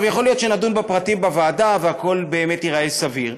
יכול להיות שנדון בפרטים בוועדה והכול באמת ייראה סביר.